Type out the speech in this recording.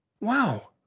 wow